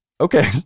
Okay